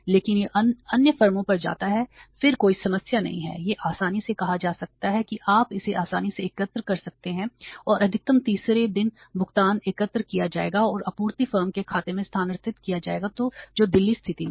लेकिन यह अन्य फर्मों पर जाता है फिर कोई समस्या नहीं है यह आसानी से कहा जा सकता है कि आप इसे आसानी से एकत्र कर सकते हैं और अधिकतम तीसरे दिन भुगतान एकत्र किया जाएगा और आपूर्ति फर्म के खाते में स्थानांतरित किया जाएगा जो दिल्ली स्थित है